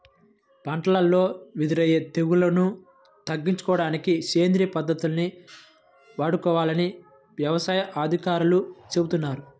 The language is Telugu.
పంటల్లో ఎదురయ్యే తెగుల్లను తగ్గించుకోడానికి సేంద్రియ పద్దతుల్ని వాడుకోవాలని యవసాయ అధికారులు చెబుతున్నారు